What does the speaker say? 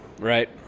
Right